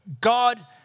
God